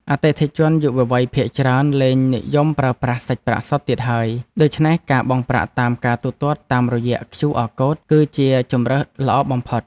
អតិថិជនយុវវ័យភាគច្រើនលែងនិយមប្រើប្រាស់សាច់ប្រាក់សុទ្ធទៀតហើយ ដូច្នេះការបង់ប្រាក់តាមការទូទាត់តាមរយៈឃ្យូអរកូដ គឺជាជម្រើសល្អបំផុត។